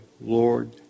Lord